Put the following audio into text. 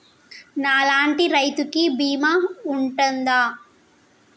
నా లాంటి రైతు కి బీమా ఉంటుందా?